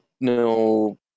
no